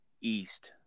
east